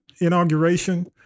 inauguration